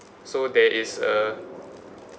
so there is uh